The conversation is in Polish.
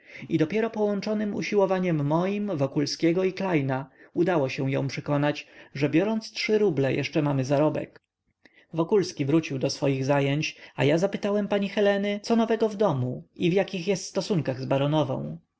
i dopiero połączonym usiłowaniom moim wokulskiego i klejna udało się ją przekonać że biorąc trzy ruble jeszcze mamy zarobek wokulski wrócił do swoich zajęć a ja zapytałem pani heleny co nowego w domu i w jakich jest stosunkach z baronową już